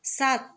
सात